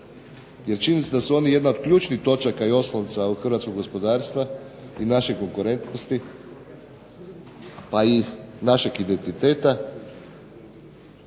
jer činjenica da su oni jedna od ključnih točaka i oslonca hrvatskog gospodarstva i naše konkurentnosti pa i našeg identiteta